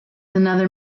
another